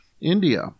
India